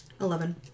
Eleven